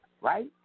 right